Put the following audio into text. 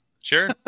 Sure